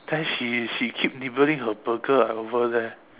then she she keep nibbling her burger ah over there